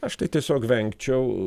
aš tai tiesiog vengčiau